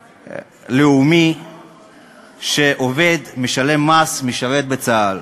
לאומי, שעובד, משלם מס, משרת בצה"ל.